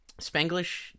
Spanglish